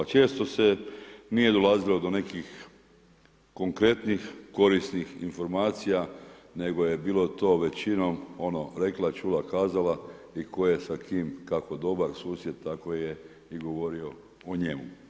Često se nije dolazilo do nekih konkretnih korisnih informacija nego je bilo to većinom ono rekla, čula, kazala i koje sa kim kako dobar susjed tako je i govorio o njemu.